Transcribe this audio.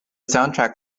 soundtrack